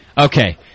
Okay